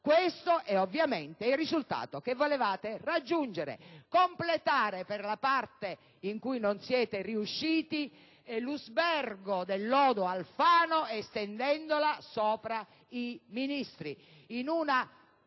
Questo è ovviamente il risultato che volevate raggiungere, ossia completare, per la parte in cui non siete riusciti, l'usbergo del lodo Alfano estendendolo ai Ministri